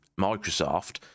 Microsoft